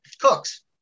Cooks